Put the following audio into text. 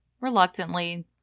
reluctantly